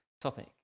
topic